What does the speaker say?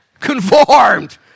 Conformed